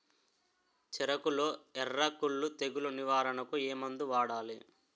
చెఱకులో ఎర్రకుళ్ళు తెగులు నివారణకు ఏ మందు వాడాలి?